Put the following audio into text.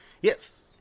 Yes